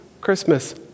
Christmas